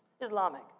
Islamic